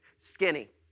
Skinny